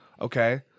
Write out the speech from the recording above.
okay